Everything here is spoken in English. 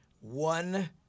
one